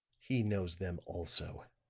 he knows them also.